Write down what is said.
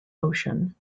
ocean